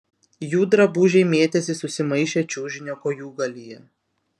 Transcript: jų drabužiai mėtėsi susimaišę čiužinio kojūgalyje